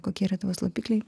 kokie yra tavo slopikliai